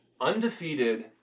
undefeated